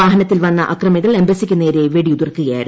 വാഹനത്തിൽ വന്ന അക്രമികൾ എംബസിക്ക് നേരെ വെടിയുതിർക്കുകയായിരുന്നു